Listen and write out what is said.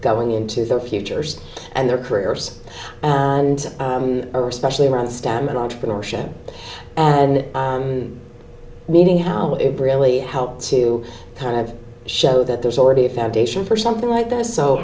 going into their futures and their careers and especially around stamina entrepreneurship and meeting how it really helped to kind of show that there's already a foundation for something like this so